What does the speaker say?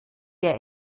der